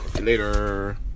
Later